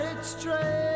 straight